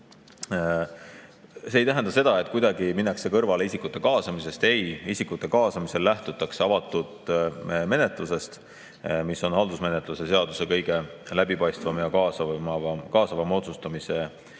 See ei tähenda seda, et kuidagi minnakse kõrvale isikute kaasamisest. Ei, isikute kaasamisel lähtutakse avatud menetlusest, mis on haldusmenetluse seaduse kõige läbipaistvam ja kaasavam otsustamise viis.